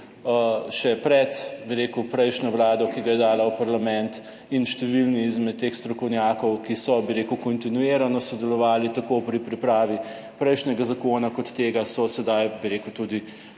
še pred bi rekel prejšnjo vlado, ki ga je dala v parlament in številni izmed teh strokovnjakov, ki so, bi rekel, kontinuirano sodelovali tako pri pripravi prejšnjega zakona kot tega so sedaj, bi rekel tudi